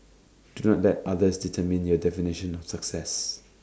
do not let other determine your definition of success